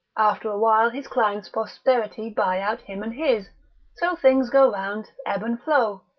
after a while his client's posterity buy out him and his so things go round, ebb and flow.